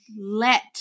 let